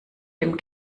dem